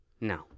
no